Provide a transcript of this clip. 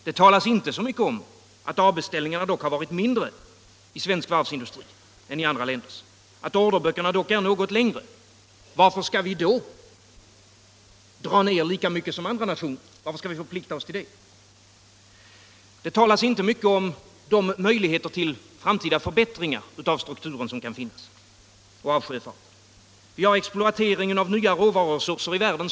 Det talas inte mycket om att avbeställningarna dock har varit mindre i svensk varvsindustri än i andra länders, att orderböckerna här ändå är något längre. Varför skall vi då förplikta oss att dra ner lika mycket som andra nationer? Inte heller talas det mycket om möjligheterna till framtida förbättringar av strukturen och av sjöfarten. Vi har t.ex. exploateringen av nya råvarutillgångar i världen.